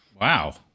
Wow